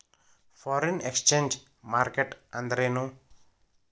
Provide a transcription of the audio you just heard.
Foreign exchange market ಅಂದ್ರೇನು?